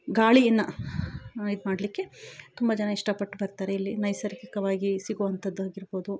ಗಾಳಿಯನ್ನು ಇದುಮಾಡಲಿಕ್ಕೆ ತುಂಬ ಜನ ಇಷ್ಟ ಪಟ್ಟುಬರ್ತಾರೆ ಇಲ್ಲಿ ನೈಸರ್ಗಿಕವಾಗಿ ಸಿಗುವಂಥದ್ದು ಆಗಿರಬೌದು